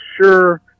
sure –